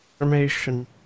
information